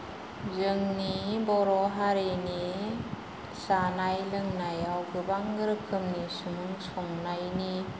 जोंनि बर' हारिनि जानाय लोंनायाव गोबां रोखोमनि सुबुं संनायनि